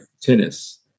tennis